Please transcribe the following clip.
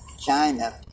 China